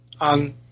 on